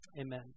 Amen